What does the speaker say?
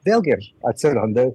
vėlgi atsiranda